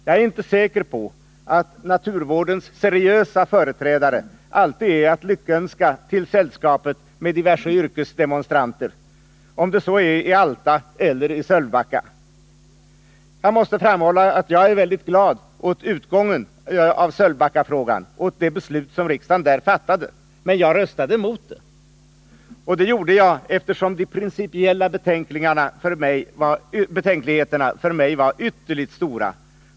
Jag är inte säker på att naturvårdens seriösa företrädare alltid är att lyckönska till sällskapet med diverse yrkesdemonstranter, om det så är i Alta eller i Sölvbacka. Jag måste framhålla att jag är väldigt glad åt utgången av Sölvbackafrågan och det beslut som riksdagen då fattade, men jag röstade emot det. Jag gjorde det eftersom de principiella betänkligheterna för mig var ytterligt stora.